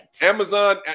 Amazon